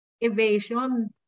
evasion